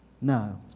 No